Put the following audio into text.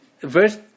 verse